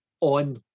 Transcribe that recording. on